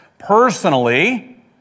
personally